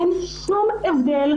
אין שום הבדל,